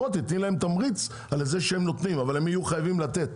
תני להם תמריץ אבל הם יהיו חייבים לתת,